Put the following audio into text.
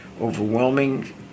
overwhelming